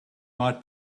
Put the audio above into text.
might